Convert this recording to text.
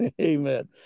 Amen